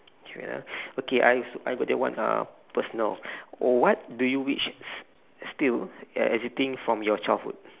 ah okay I got that one uhh personal what do you wish still e~ existing your childhood